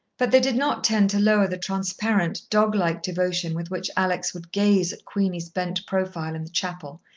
but they did not tend to lower the transparent, doglike devotion with which alex would gaze at queenie's bent profile in the chapel,